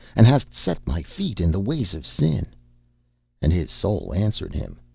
and hast set my feet in the ways of sin and his soul answered him,